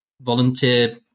volunteer